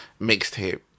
Mixtape